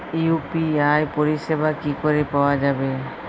UPI পরিষেবা কি করে পাওয়া যাবে?